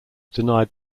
denied